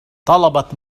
طلبت